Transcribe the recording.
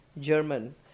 German